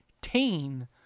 Teen